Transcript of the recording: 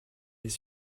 les